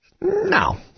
no